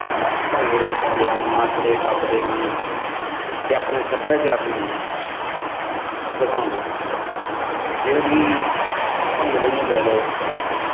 ਭੰਗੜੇ ਪਾਉਂਦੇ ਹਨ ਨੱਚਦੇ ਟੱਪਦੇ ਹਨ ਅਤੇ ਆਪਣੇ ਸੱਭਿਆਚਾਰ ਨੂੰ ਦਿਖਾਉਂਦੇ ਨੇ ਜਿਵੇਂ ਕਿ ਭੰਗੜੇ ਨੂੰ ਲੈ ਲਓ